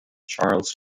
charles